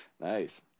nice